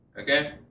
okay